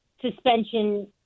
suspension